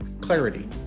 clarity